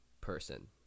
person